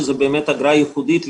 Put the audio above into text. שזה באמת אגרה ייחודית,